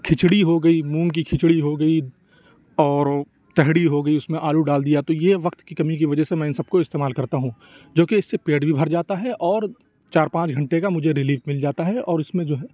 کھچڑی ہو گئی مونگ کی کھچڑی ہو گئی اور تہڑی ہو گئی اُس میں آلو ڈال دیا تو یہ وقت کی کمی کی وجہ سے میں اِن سب کو استعمال کرتا ہوں جو کہ اِس سے پیٹ بھی بھر جاتا ہے اور چار پانچ گھنٹے کا مجھے رلیف مل جاتا ہے اور اِس میں جو ہے